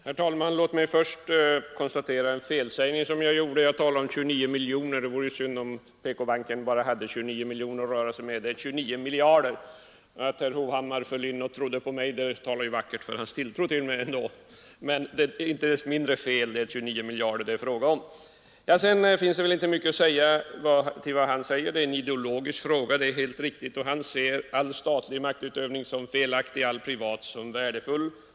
Herr talman! Låt mig först korrigera en felsägning. Jag talade om 29 miljoner; det vore ju synd om PK-banken bara hade 29 miljoner att röra sig med. Det skall vara 29 miljarder. Att herr Hovhammar trodde på mig och föll in i talet om 29 miljoner talar vackert om hans tilltro till mig. Icke desto mindre är det fel — det är 29 miljarder det är fråga om. Det finns inte mycket att säga om vad herr Hovhammar sade. Detta är en ideologisk fråga — det är helt riktigt. Herr Hovhammar ser all statlig maktutövning som felaktig och all privat som värdefull.